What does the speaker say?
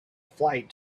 flight